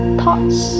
thoughts